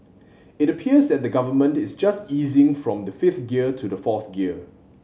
it appears that the Government is just easing from the fifth gear to the fourth gear